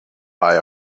buy